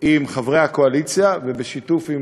עם חברי הקואליציה ובשיתוף עם